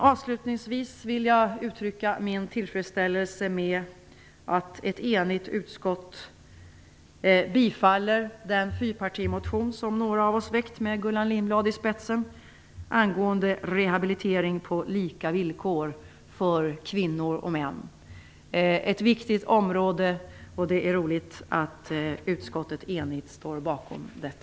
Avslutningsvis vill jag uttrycka min tillfredsställelse med att ett enigt utskott tillstyrker den fyrpartimotion som några av oss med Gullan Lindblad i spetsen har väckt angående rehabilitering på lika villkor för kvinnor och män. Det är ett viktigt område, och det är roligt att utskottet enigt står bakom detta.